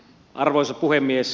arvoisa puhemies